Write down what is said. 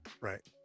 right